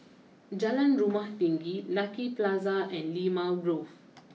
Jalan Rumah Tinggi Lucky Plaza and Limau Grove